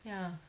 ya